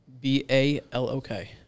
B-A-L-O-K